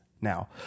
now